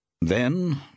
Then